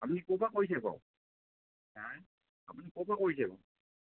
আপুনি ক'ৰপৰা কৰিছে বাৰু আপুনি ক'ৰপৰা কৰিছে বাৰু